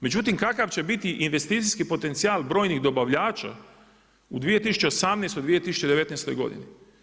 Međutim kakav će biti investicijski potencijal brojnih dobavljača u 2018., 2019. godini.